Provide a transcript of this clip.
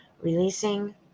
releasing